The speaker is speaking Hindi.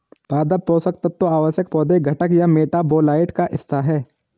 पादप पोषण तत्व आवश्यक पौधे घटक या मेटाबोलाइट का हिस्सा है